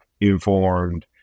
informed